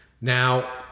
Now